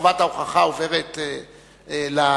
חובת ההוכחה עוברת לממשל,